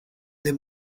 the